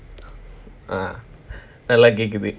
ah நல்லா கேக்குது:nalla keakuthu